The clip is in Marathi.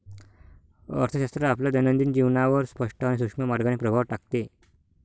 अर्थशास्त्र आपल्या दैनंदिन जीवनावर स्पष्ट आणि सूक्ष्म मार्गाने प्रभाव टाकते